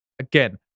again